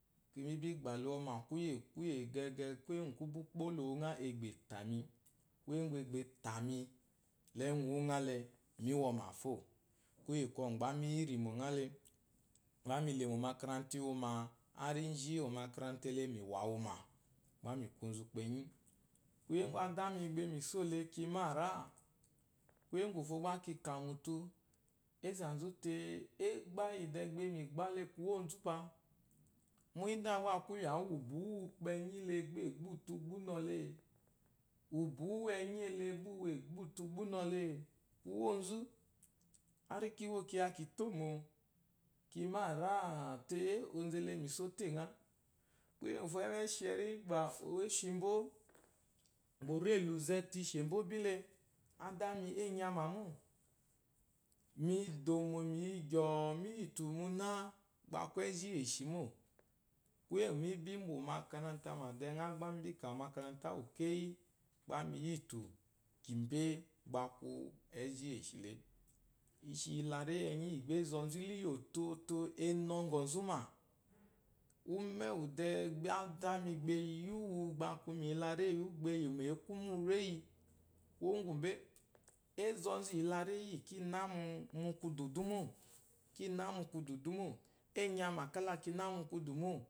Mi gba wɔma, kuye deh kubu gbodo wu egba wu gba etami, kuye ngwu egba tami le ewuwu nghale mi wumafo kuye kwogu gba mi yirimo nghale gba mile mo omakaranta wama harji omakaram le mi wawuma, gha mi ku onzu kpenyi kuge adami be yi mizole mi marah kuye ngufo gba ki kah mutu enza zute egba yi deh beyi gbale kuwo zufa, mu ide gba iyawu yi ubuwu ukpenyi le gba agba ufu unɔle kuwo zu har kiwo kiya ki tomo ki nara'a ta onzule mi so tengha kuye ngufo emeshiri ɔshibo bo ore luze le ishembo le adami anyama mo mi domo miyi gyo-o miyi tu muna a ku eji yeshemo kuye mi bi bwan o makaranta mɔmɔ dengha gba mi bi kamu omakaranta mɔmɔ dengha gba mibi yitu mbe baku eji ishile shi la reyi iyi enyi ba azozu toto enɔzuma ume udeba adami eyiwu ba akuni yila reyiwu ba eyimo aku ume reyi kuwo umbe, azonzu eyi kina mu kudu dum, kina mu kudu dumu enyama kala kina mu kudu dumu.